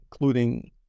including